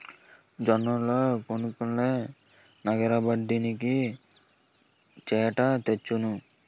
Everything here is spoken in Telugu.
జొన్నల్లో కొంకుల్నె నగరబడ్డానికి చేట తెచ్చాను